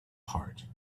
heart